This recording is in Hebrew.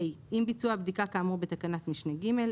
(ה) עם ביצוע הבדיקה כאמור בתקנת משנה (ג),